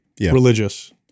religious